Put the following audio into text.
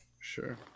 sure